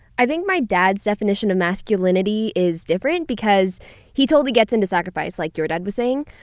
i think my dad's definition of masculinity is different because he totally gets into sacrifice like your dad was saying,